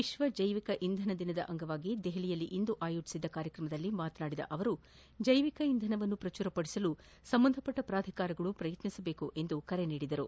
ವಿಶ್ವ ಜೈವಿಕ ಇಂಧನ ದಿನದ ಅಂಗವಾಗಿ ನವದೆಹಲಿಯಲ್ಲಿಂದು ಆಯೋಜಿಸಿದ ಕಾರ್ಯಕ್ರಮದಲ್ಲಿ ಮಾತನಾಡಿದ ಪ್ರಧಾನಿ ಜೈವಿಕ ಇಂಧನವನ್ನು ಪ್ರಚುರಪಡಿಸಲು ಸಂಬಂಧಪಟ್ಲ ಪ್ರಾಧಿಕಾರಗಳು ಪ್ರಯತ್ನಿಸಬೇಕು ಎಂದು ಕರೆ ನೀಡಿದರು